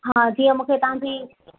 हा जीअं मूंखे तव्हांजी